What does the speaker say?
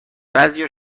بعضیا